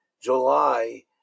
July